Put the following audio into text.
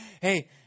Hey